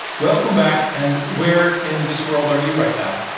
welcome back. and where in this world are you right now?